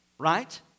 right